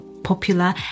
popular